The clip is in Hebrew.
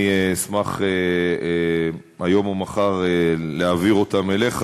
אני אשמח היום או מחר להעביר אותן אליך,